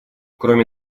кроме